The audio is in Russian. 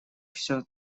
всё